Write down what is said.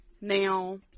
Now